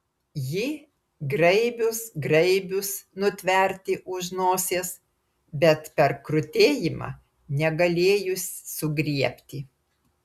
ji graibius graibius nutverti už nosies bet per krutėjimą negalėjus sugriebti